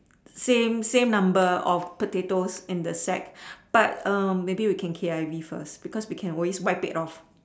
same same number of potatoes in the sack but um maybe we can K_I_V first because we can always wipe it off